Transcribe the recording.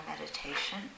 meditation